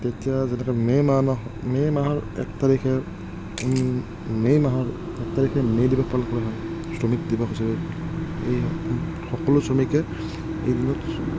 এতিয়া যেনেকৈ মে' মাহ ন' মে' মাহৰ এক তাৰিখে মে' মাহৰ এক তাৰিখে মে' দিৱস পালন কৰা হয় শ্ৰমিক দিৱস হিচাপে এই সকলো শ্ৰমিকে এই দিনত